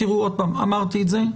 תיראו עוד פעם, אמרתי את זה,